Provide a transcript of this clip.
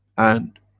and,